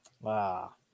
Wow